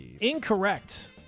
Incorrect